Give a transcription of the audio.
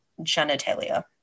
genitalia